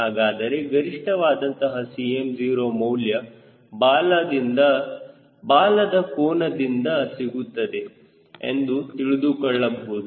ಹಾಗಾದರೆ ಗರಿಷ್ಠವಾದಂತಹ Cm0 ಮೌಲ್ಯ ಬಾಲದ ಕೋನದಿಂದ ಸಿಗುತ್ತದೆ ಎಂದು ತಿಳಿದುಕೊಳ್ಳಬಹುದು